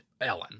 Ellen